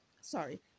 Sorry